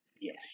Yes